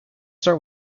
start